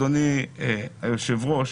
אדוני היושב-ראש,